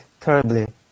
terribly